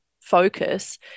focus